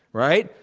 right?